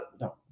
No